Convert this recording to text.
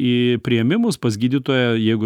į priėmimus pas gydytoją jeigu